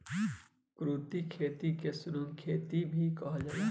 कृत्रिम खेती के सुरंग खेती भी कहल जाला